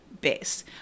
base